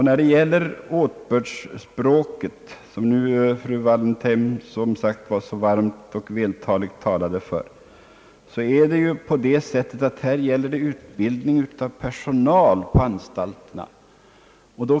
När det gäller åtbördsspråket, som nu fru Wallentheim så varmt och vältaligt talade för, gäller det här utbildning av personal till anstalterna.